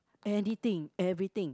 anything everything